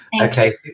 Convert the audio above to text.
Okay